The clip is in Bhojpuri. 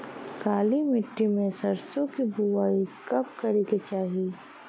काली मिट्टी में सरसों के बुआई कब करे के चाही?